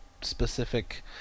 specific